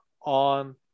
on